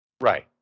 Right